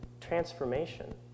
transformation